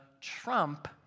Trump